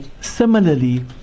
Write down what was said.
Similarly